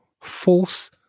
False